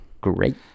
Great